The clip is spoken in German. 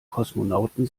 kosmonauten